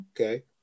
Okay